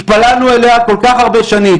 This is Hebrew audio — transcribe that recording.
התפללנו אליה כל כך הרבה שנים,